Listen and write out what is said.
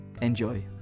Enjoy